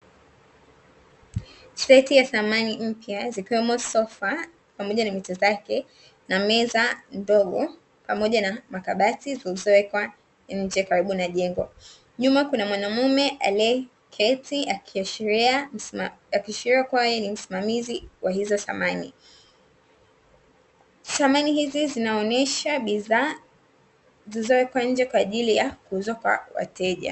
Seti ya samani mpya zikiwemo, sofa pamoja na mito zake, na meza ndogo, pamoja na makabati, zilizowekwa nje karibu na jengo. Nyuma kuna mwanamume aliyeketi akiashiria kuwa yeye ni msimamizi wa hizo samani. Samani hizi zinaonyesha bidhaa zilizowekwa nje kwa ajili ya kuuzwa kwa wateja.